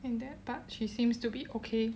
and that but she seems to be okay